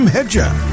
Hedger